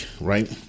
right